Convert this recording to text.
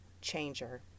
changer